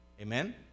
Amen